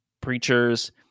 preachers